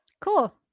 cool